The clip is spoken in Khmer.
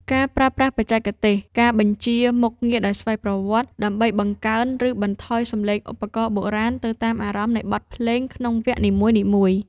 ការប្រើប្រាស់បច្ចេកទេស ការបញ្ជាមុខងារដោយស្វ័យប្រវត្តិ ដើម្បីបង្កើន ឬបន្ថយសំឡេងឧបករណ៍បុរាណទៅតាមអារម្មណ៍នៃបទភ្លេងក្នុងវគ្គនីមួយៗ។